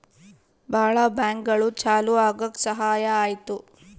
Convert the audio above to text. ಭಾಳ ಬ್ಯಾಂಕ್ಗಳು ಚಾಲೂ ಆಗಕ್ ಸಹಾಯ ಆಯ್ತು